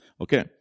okay